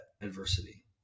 adversity